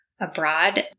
abroad